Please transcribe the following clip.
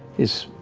is